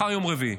מחר יום רביעי.